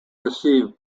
received